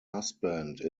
husband